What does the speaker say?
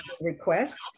request